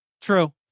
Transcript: True